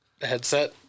headset